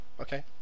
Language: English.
Okay